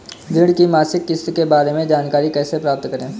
ऋण की मासिक किस्त के बारे में जानकारी कैसे प्राप्त करें?